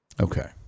okay